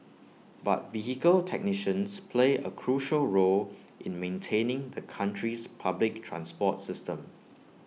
but vehicle technicians play A crucial role in maintaining the country's public transport system